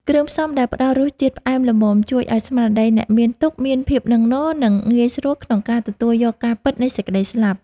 គ្រឿងផ្សំដែលផ្តល់រសជាតិផ្អែមល្មមជួយឱ្យស្មារតីអ្នកមានទុក្ខមានភាពនឹងនរ និង ងាយស្រួលក្នុងការទទួលយកការពិតនៃសេចក្តីស្លាប់។